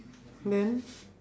then